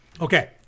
Okay